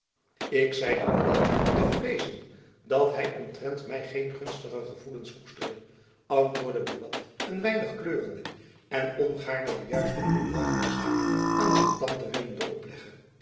ik zeide alleen te vreezen dat hy omtrent my geen gunstige gevoelens koesterde antwoordde buat een weinig kleurende en ongaarne de juiste toedracht der zaak aan zijn tante willende openleggen